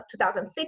2006